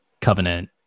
covenant